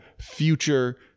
future